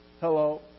Hello